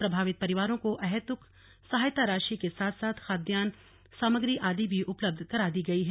प्रभावित परिवारों को अहैतुक सहायता राशि के साथ साथ खाद्यान्न सामग्री आदि भी उपलब्ध करा दिये गये है